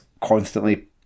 constantly